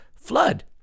flood